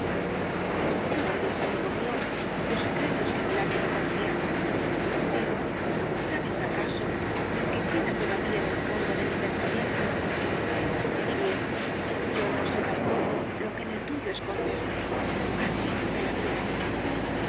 mundo tú oyes amigo mío los secretos que mi labio te confía pero sabes acaso lo que queda todavía en el fondo de mi pensamiento y bien yo no sé tampoco lo que en el tuyo escondes así rueda la vida